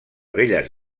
belles